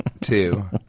two